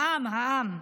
העם, העם.